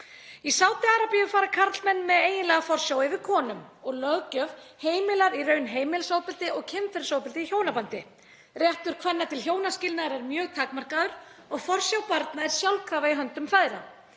Í Sádi-Arabíu fara karlmenn með eiginlega forsjá yfir konum og löggjöf heimilar í raun heimilisofbeldi og kynferðisofbeldi í hjónabandi. Réttur kvenna til hjónaskilnaðar er mjög takmarkaður og forsjá barna er sjálfkrafa í höndum feðra.